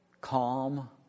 calm